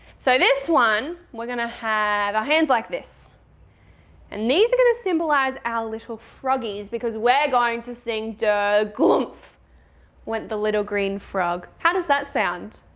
so this one we're gonna have our hands like this and these are gonna symbolize our little froggies because we're going to sing der glumph went the little green frog. how does that sound?